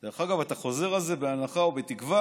דרך אגב, אתה חוזר על זה בהנחה ובתקווה,